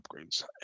upgrades